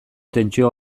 tentsio